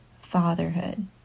fatherhood